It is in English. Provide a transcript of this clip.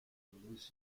seleucus